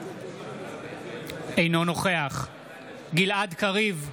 אינו נוכח גלעד קריב,